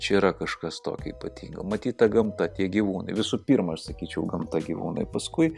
čia yra kažkas tokio ypatingo matyt ta gamta tie gyvūnai visų pirma sakyčiau gamta gyvūnai paskui